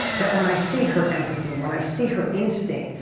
that when i see her empathy, when i see her instinct,